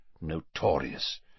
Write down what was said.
notorious